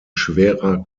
schwerer